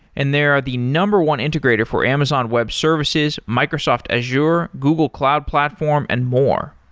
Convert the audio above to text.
and they are the number one integrator for amazon web services, microsoft azure, google cloud platform and more.